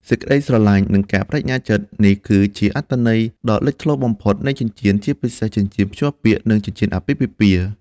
សេចក្ដីស្រឡាញ់ និងការប្តេជ្ញាចិត្ត នេះគឺជាអត្ថន័យដ៏លេចធ្លោបំផុតនៃចិញ្ចៀន ជាពិសេស ចិញ្ចៀនភ្ជាប់ពាក្យ ឬចិញ្ចៀនអាពាហ៍ពិពាហ៍។